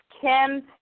Kim